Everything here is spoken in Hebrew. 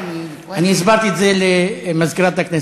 אני הסברתי את זה למזכירת הכנסת.